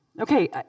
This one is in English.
Okay